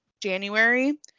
January